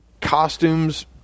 costumes